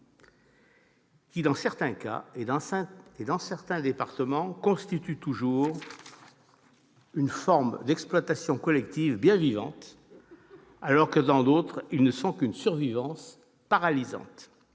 ! Dans certains départements, ces derniers constituent toujours une forme d'exploitation collective bien vivante, alors que dans d'autres, ils ne sont qu'une survivance paralysante-